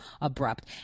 abrupt